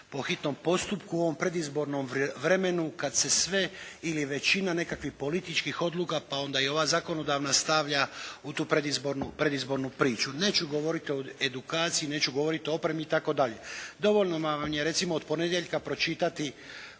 po hitnom postupku u ovom predizbornom vremenu kad se sve ili većina nekakvih političkih odluka pa onda i ova zakonodavna stavlja u tu predizbornu priču. Neću govori o edukaciji, neću govoriti o opremi itd., dovoljno vam je recimo od ponedjeljka pročitati